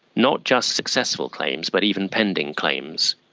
not just successful claims, but even pending claims.